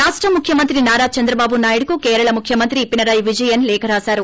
రాష్ట ముఖ్యమంత్రి నారా చంద్రబాబునాయుడుకు కేరళ ముఖ్యమంత్రి పినరయి విజయన్ లేఖ రాశారు